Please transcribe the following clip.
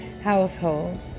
Household